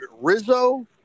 Rizzo